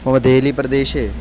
मम देहलीप्रदेशे